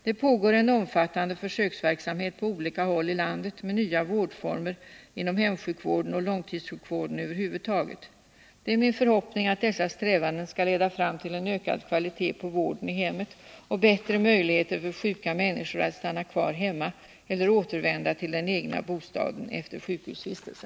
| Det pågår en omfattande försöksverksamhet på olika håll i landet med nya vårdformer inom hemsjukvården och långtidssjukvården över huvud taget. | Det är min förhoppning att dessa strävanden skall leda fram till en ökad kvalitet på vården i hemmet och bättre möjligheter för sjuka människor att stanna kvar hemma eller återvända till den egna bostaden efter en sjukhusvistelse.